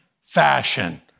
fashion